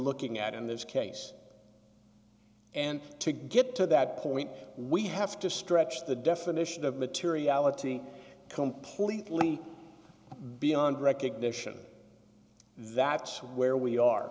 looking at in this case and to get to that point we have to stretch the definition of materiality completely beyond recognition that's where we are